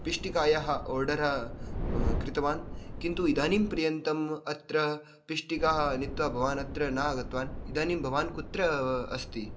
पिष्टिकायाः order कृतवान् किन्तु इदानीं पर्यन्तम् अत्र पिष्टिकाः नीत्वा भवान् अत्र न आगतवान् इदानीं भवान् कुत्र अस्ति